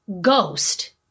ghost